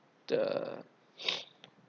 the